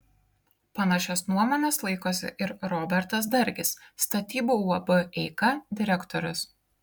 panašios nuomonės laikosi ir robertas dargis statybų uab eika direktorius